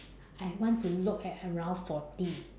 I want to look at around forty